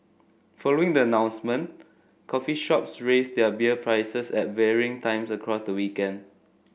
following the announcement coffee shops raised their beer prices at varying times across the weekend